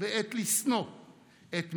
עת חירום לדמוקרטיה הישראלית,